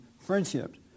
friendships